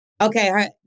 Okay